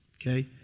Okay